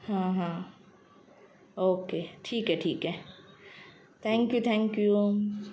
हां हां ओके ठीक आहे ठीक आहे थँक्यू थँक यू